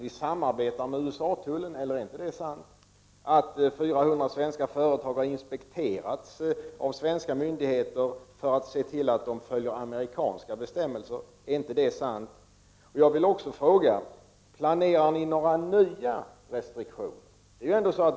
Vi samarbetar med tullen i USA. Är det inte sant att 400 svenska företag har inspekterats av svenska myndigheter för att man skall se till att de följer amerikanska bestämmelser? Är inte detta sant? Jag vill också fråga: Planerar ni några nya restriktioner?